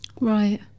Right